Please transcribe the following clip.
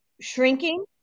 shrinking